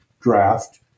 draft